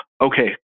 okay